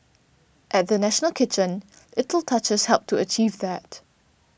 at the National Kitchen little touches helped to achieve that